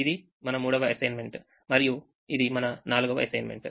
ఇది మన మూడవ అసైన్మెంట్ మరియు ఇది మన 4వ అసైన్మెంట్